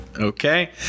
Okay